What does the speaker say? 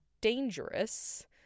dangerous